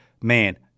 man